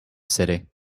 city